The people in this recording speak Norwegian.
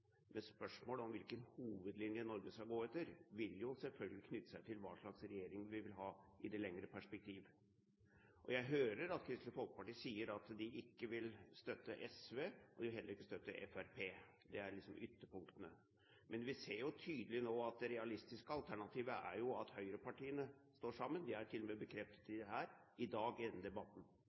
Spørsmålet om hvilken hovedlinje Norge skal gå etter, vil selvfølgelig knytte seg til hva slags regjering man vil ha i det lengre perspektiv. Jeg hører at Kristelig Folkeparti sier at de ikke vil støtte SV, og de vil heller ikke støtte Fremskrittspartiet – det er liksom ytterpunktene. Men vi ser jo tydelig at det realistiske alternativet nå er at høyrepartiene står sammen. De har til og med bekreftet det i dag, i denne debatten.